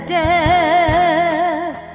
death